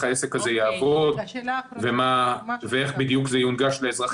העסק הזה יעבוד ואיך בדיוק זה יונגש לאזרחים,